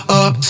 up